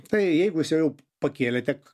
tai jeigu jau pakėlėte